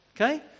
Okay